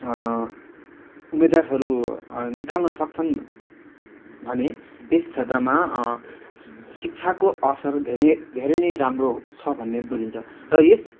उम्मेद्वारहरू निकाल्न सक्छन् भने त्यस क्षेत्रमा शिक्षाको असर धेने धेरै नै राम्रो छ भन्ने बुझिन्छ र यस